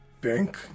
Bank